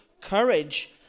courage